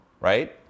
right